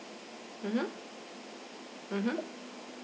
mmhmm mmhmm